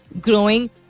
growing